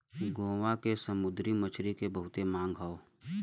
गोवा के समुंदरी मछरी के बहुते मांग हौ